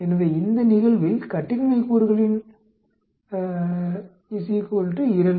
எனவே இந்த நிகழ்வில் கட்டின்மை கூறுகளின் 2